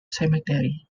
cemetery